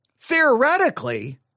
theoretically